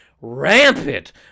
rampant